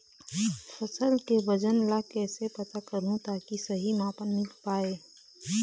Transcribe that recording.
फसल के वजन ला कैसे पता करहूं ताकि सही मापन मील पाए?